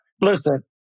listen